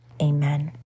Amen